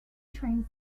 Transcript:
train